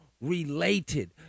Related